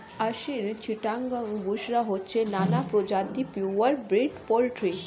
আসিল, চিটাগাং, বুশরা হচ্ছে নানা প্রজাতির পিওর ব্রিড পোল্ট্রি